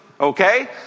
okay